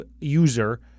user